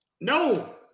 No